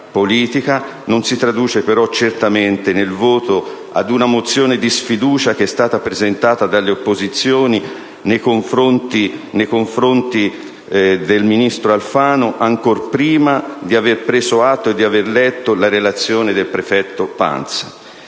non si traduce, però, nel voto ad una mozione di sfiducia presentata dalle opposizioni nei confronti del ministro Alfano ancor prima di aver preso atto e di aver letto la relazione del prefetto Pansa.